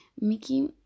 Mickey